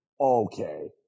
Okay